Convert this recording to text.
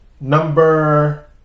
Number